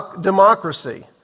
democracy